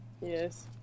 Yes